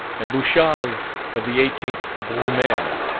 and bouchat's of the eighteenth brumaire,